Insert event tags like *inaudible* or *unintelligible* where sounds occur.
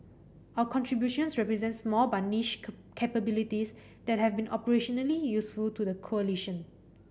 our contributions represent small but niche *unintelligible* capabilities that have been operationally useful to the coalition